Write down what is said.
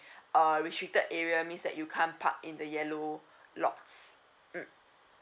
uh restricted area means that you can't park in the yellow lots mm